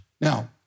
Now